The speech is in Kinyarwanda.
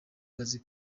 kazi